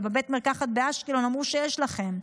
אבל בבית מרקחת באשקלון אמרו שיש לכם.